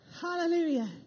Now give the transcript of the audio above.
Hallelujah